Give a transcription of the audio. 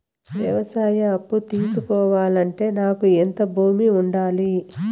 వ్యవసాయ అప్పు తీసుకోవాలంటే నాకు ఎంత భూమి ఉండాలి?